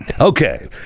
Okay